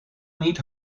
niet